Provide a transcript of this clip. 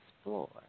explore